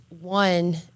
One